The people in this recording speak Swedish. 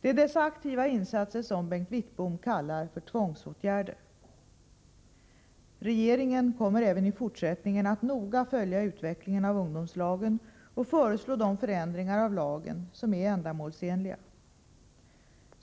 Det är dessa aktiva insatser som Bengt Wittbom kallar för tvångsåtgärder! Regeringen kommer även i fortsättningen att noga följa utvecklingen av ungdomslagen och föreslå de förändringar av lagen som är ändamålsenliga.